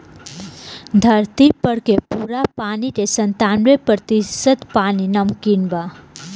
धरती पर के पूरा पानी के सत्तानबे प्रतिशत पानी नमकीन बा